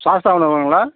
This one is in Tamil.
சாஸ்தா உணவகங்களா